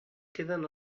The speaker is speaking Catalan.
queden